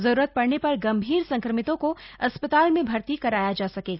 जरूरत पड़ने पर गंभीर संक्रमितों को अस्पताल में भर्ती कराया जा सकेगा